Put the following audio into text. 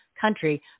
country